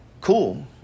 cool